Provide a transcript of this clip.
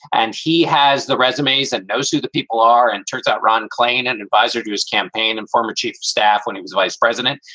and he has the resume ace and knows who the people are. and turns out ron klain, an advisor to his campaign and former chief of staff when he was vice president,